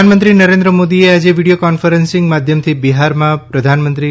પ્રધાનમંત્રી નરેન્ મોદીએ આજે વીડીયો કોન્ફરન્સીંગ માધ્યમથી બિહારમાં પ્રધાનમંત્રી